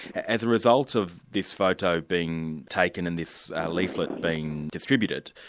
as a result of this photo being taken and this leaflet being distributed,